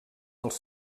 els